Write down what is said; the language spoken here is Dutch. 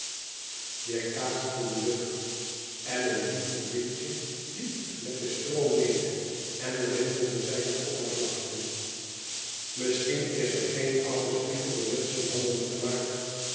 weerkaatste de lucht en een liefelijk windje liep met den stroom mede en rimpelde zijne oppervlakte misschien is er geen oude spiegel door menschenhanden gemaakt